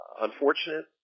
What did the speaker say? unfortunate